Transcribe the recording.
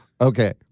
okay